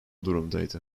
durumdaydı